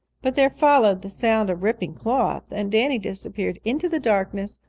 but there followed the sound of ripping cloth and danny disappeared into the darkness,